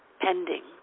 pending